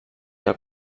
que